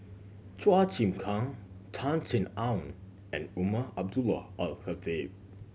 Chua Chim Kang Tan Sin Aun and Umar Abdullah Al Khatib